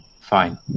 Fine